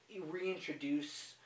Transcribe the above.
reintroduce